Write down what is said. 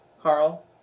Carl